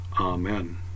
Amen